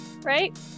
right